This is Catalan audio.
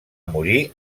morir